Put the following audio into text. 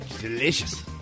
delicious